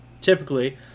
typically